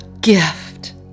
gift